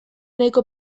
nahiko